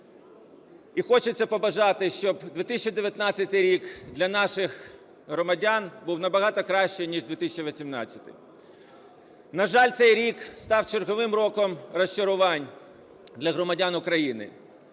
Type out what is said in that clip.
і хочеться побажати, щоб 2019 рік для наших громадян був набагато кращий, ніж 2018-й. На жаль, цей рік став черговим роком розчарувань для громадян України.